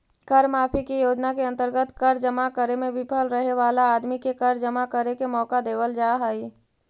कर माफी के योजना के अंतर्गत कर जमा करे में विफल रहे वाला आदमी के कर जमा करे के मौका देवल जा हई